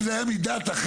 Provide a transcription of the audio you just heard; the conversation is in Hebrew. אם זה היה מדת אחרת,